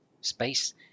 space